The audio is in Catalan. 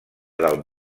del